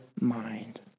mind